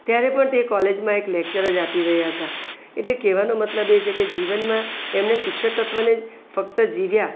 ત્યારે પણ તે કોલેજમાં એક લેક્ચર જ આપી રહ્યા હતા એટલે કહેવાનો મતલબ એ છે કે જીવનમાં એમને શિક્ષકત્વને ફક્ત જીવ્યા